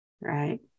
Right